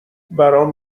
برام